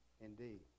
indeed